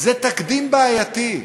זה תקדים בעייתי,